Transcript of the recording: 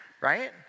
right